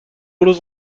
روز